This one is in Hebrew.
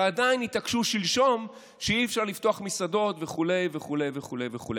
ועדיין התעקשו שלשום שאי-אפשר לפתוח מסעדות וכו' וכו' וכו'.